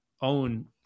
own